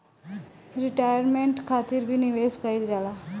retirement खातिर भी निवेश कईल जाला